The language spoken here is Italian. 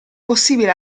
possibile